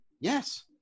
Yes